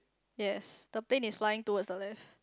yes the plane is flying towards the left